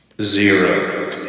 Zero